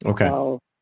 Okay